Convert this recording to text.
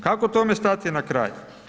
Kako tome stati na kraj?